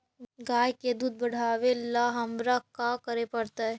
गाय के दुध बढ़ावेला हमरा का करे पड़तई?